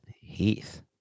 Heath